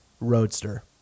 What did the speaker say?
roadster